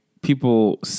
People